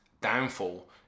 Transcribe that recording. downfall